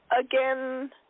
again